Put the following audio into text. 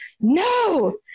no